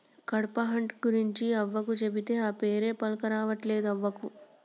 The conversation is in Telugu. కడ్పాహ్నట్ గురించి అవ్వకు చెబితే, ఆ పేరే పల్కరావట్లే అవ్వకు